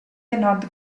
north